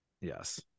Yes